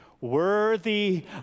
Worthy